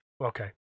okay